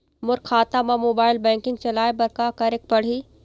मोर खाता मा mobile banking चलाए बर का करेक पड़ही?